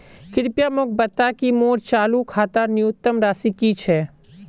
कृपया मोक बता कि मोर चालू खातार न्यूनतम राशि की छे